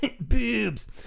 boobs